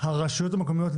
הרשויות המקומיות,